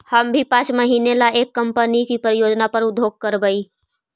हम भी पाँच महीने ला एक कंपनी की परियोजना पर उद्योग करवई